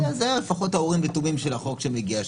זה לפחות האורים ותומים של החוק שמגיע,